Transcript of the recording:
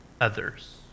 others